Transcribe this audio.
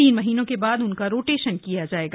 तीन महीने के बाद उनका रोटेशन किया जाएगा